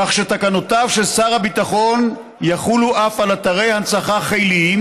כך שתקנותיו של שר הביטחון יחולו אף על אתרי הנצחה חיליים.